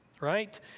right